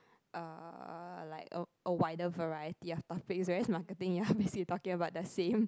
uh like a a wider variety of topics whereas marketing you are basically talking about the same